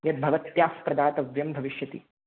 यद् भवत्याः प्रदातव्यं भविष्यति